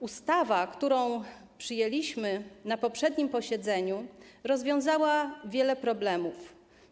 Ustawa, którą przyjęliśmy na poprzednim posiedzeniu, rozwiązała wiele problemów.